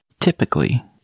typically